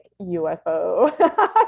UFO